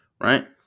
right